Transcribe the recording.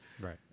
right